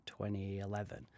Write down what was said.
2011